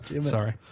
Sorry